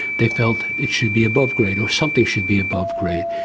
they felt it should be above grade, or something should be above grade.